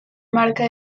marca